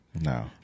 No